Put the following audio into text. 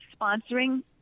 sponsoring